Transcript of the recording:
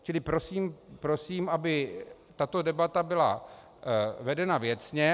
Čili prosím, aby tato debata byla vedena věcně.